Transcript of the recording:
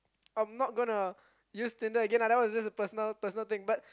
I'm not gonna use Tinder again lah that was just a just a personal personal thing but